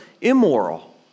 immoral